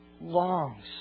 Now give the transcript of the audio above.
longs